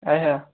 अच्छा